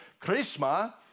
charisma